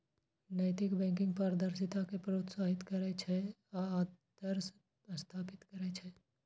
नैतिक बैंकिंग पारदर्शिता कें प्रोत्साहित करै छै आ आदर्श स्थापित करै छै